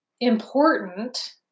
important